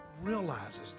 realizes